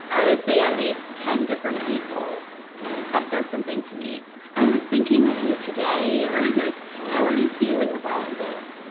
i would say at least ten different people have said something to me i was thinking of you today or like how are you feeling about this?